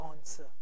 answer